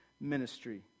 ministry